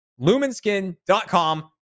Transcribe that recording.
LumenSkin.com